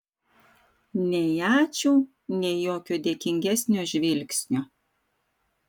nei ačiū nei jokio dėkingesnio žvilgsnio